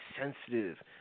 sensitive